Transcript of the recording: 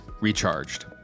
Recharged